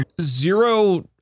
Zero